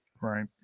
Right